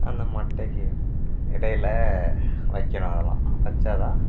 அந்த மட்டைக்கி இடைல வைக்கிறோம் அதெல்லாம் வைச்சா தான்